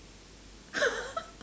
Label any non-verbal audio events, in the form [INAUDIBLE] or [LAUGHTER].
[LAUGHS]